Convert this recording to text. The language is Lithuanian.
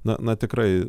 na na tikrai